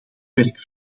werk